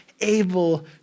able